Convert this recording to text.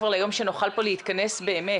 אני מחכה כבר ליום שנוכל פה להתכנס באמת